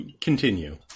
Continue